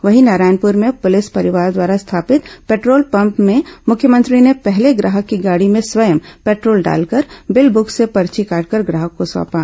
वहीं नारायणपूर में पूलिस परिवार द्वारा स्थापित पेट्रोल पम्प में मुख्यमंत्री ने पहले ग्राहक की गाड़ी में स्वयं पेट्रोल डालकर बिल बुक से पर्ची काटकर ग्राहक को सौंपा